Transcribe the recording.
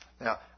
Now